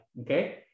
okay